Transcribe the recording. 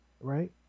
right